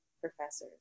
professors